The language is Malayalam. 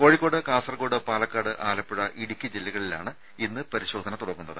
കോഴിക്കോട് കാസർകോട് പാലക്കാട് ആലപ്പുഴ ഇടുക്കി ജില്ലകളിലാണ് ഇന്ന് പരിശോധന തുടങ്ങുന്നത്